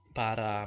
para